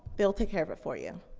they'll take care of it for you.